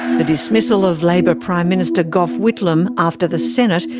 the dismissal of labor prime minister gough whitlam after the senate,